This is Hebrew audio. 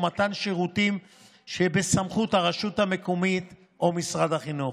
או מתן שירותים שבסמכות הרשות המקומית או משרד החינוך.